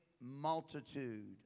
multitude